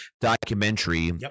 documentary